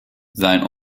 sein